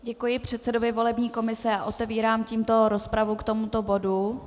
Děkuji předsedovi volební komise a otevírám tímto rozpravu k tomuto bodu.